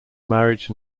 marriage